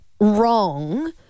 wrong